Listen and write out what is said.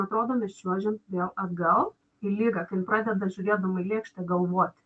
atrodo mes čiuožiam vėl atgal į ligą kai jin pradeda žiūrėdama į lėkštę galvoti